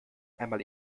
einmal